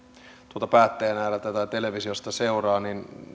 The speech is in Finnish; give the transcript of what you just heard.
tuolta päätteen ääreltä tai televisiosta seuraa